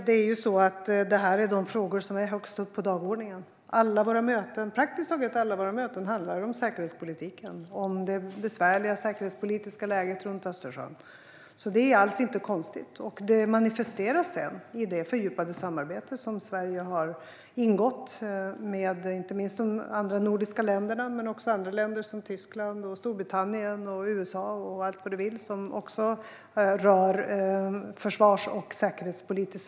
Fru talman! Detta är de frågor som är högst upp på dagordningen. Praktiskt taget alla våra möten handlar om säkerhetspolitik och om det besvärliga säkerhetspolitiska läget runt Östersjön. Det är alls inte konstigt. Det manifesteras sedan i det fördjupade samarbete som Sverige har ingått med de andra nordiska länderna och med länder som Tyskland, Storbritannien, USA och allt vad du vill. De samarbetena rör också försvars och säkerhetspolitik.